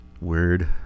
weird